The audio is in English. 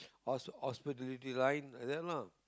hos hospitality line like that lah